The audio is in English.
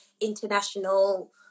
international